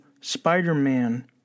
Spider-Man